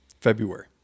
February